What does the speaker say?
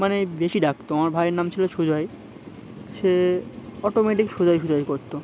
মানে বেশি ডাকতো আমার ভাইয়ের নাম ছিল সোজয় সে অটোমেটিক সোজাই সোজয় করতো